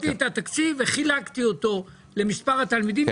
לקחתי את התקציב וחילקתי אותו למספר התלמידים,